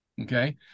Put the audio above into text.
Okay